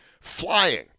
Flying